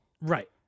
Right